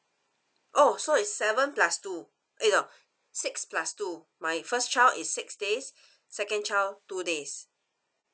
oh so is seven plus two !aiyo! six plus two my first child is six days second child two days